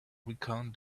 recount